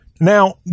Now